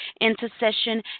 Intercession